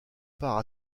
part